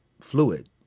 fluid